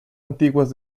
antiguas